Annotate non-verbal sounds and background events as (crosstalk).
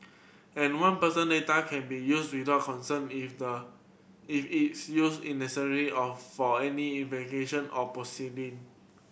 and one personal data can be used without consent if the if its use is necessary of for any (unintelligible) or proceeding